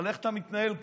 על איך אתה מתנהל כאן.